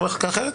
על מחלקה אחרת?